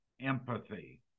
empathy